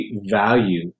value